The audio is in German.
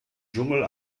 dschungel